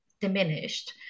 diminished